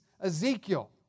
Ezekiel